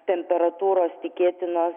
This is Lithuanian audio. temperatūros tikėtinos